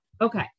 Okay